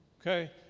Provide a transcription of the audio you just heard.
okay